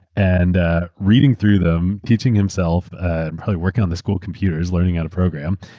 and ah reading through them, teaching himself, and probably working on the school computers, learning how to program,